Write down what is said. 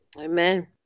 Amen